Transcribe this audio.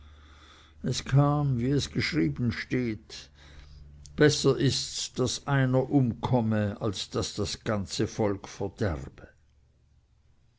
es kam wie geschrieben steht besser ist's daß einer umkomme als daß das ganze volk verderbe